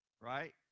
Right